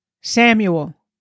Samuel